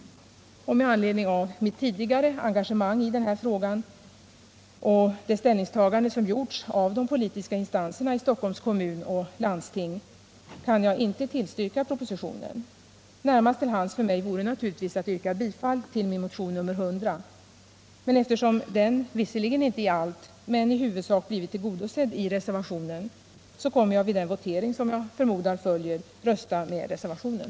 Med anledning av mitt tidigare engagemang = Flygplatsfrågan i i denna fråga och det ställningstagande som gjorts av de politiska in — Stockholmsregiostanserna i Stockholm och i landstinget kan jag ej tillstyrka propositionen. — nen Närmast till hands för mig vore naturligtivs att yrka bifall till min motion nr 100. Eftersom den — visserligen inte i allt men i huvudsak — har blivit tillgodosedd i reservationen kommer jag emellertid vid den votering som jag förmodar följer att rösta för reservationen.